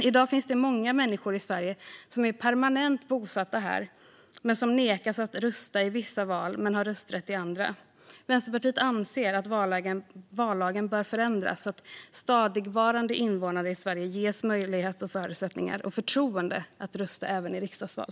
I dag finns det många människor i Sverige som är permanent bosatta här men som nekas att rösta i vissa val men har rösträtt i andra. Vänsterpartiet anser att vallagen bör förändras så att stadigvarande invånare i Sverige ges möjligheter, förutsättningar och förtroende att rösta även i riksdagsval.